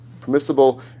permissible